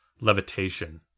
Levitation